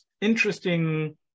interesting